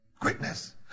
Greatness